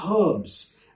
herbs